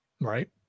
Right